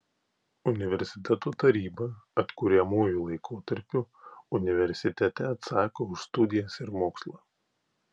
universiteto taryba atkuriamuoju laikotarpiu universitete atsako už studijas ir mokslą